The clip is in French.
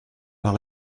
par